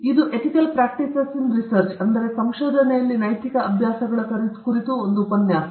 ಇದು ethical practices in research ಕುರಿತು ಉಪನ್ಯಾಸ